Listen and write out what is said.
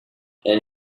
and